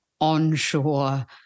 onshore